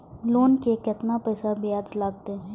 Loan के केतना पैसा ब्याज लागते?